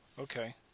Okay